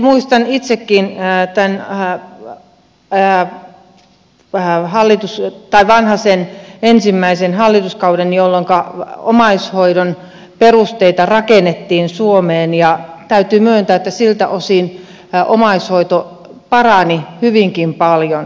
muistan itsekin tämän vanhasen ensimmäisen hallituskauden jolloinka omaishoidon perusteita rakennettiin suomeen ja täytyy myöntää että siltä osin omaishoito parani hyvinkin paljon